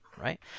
right